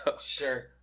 sure